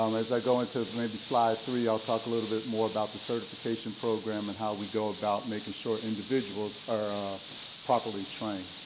um as i go into maybe slide three, i'll talk a little bit more about the certification program and how we go about making sure individuals are properly trained.